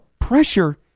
Pressure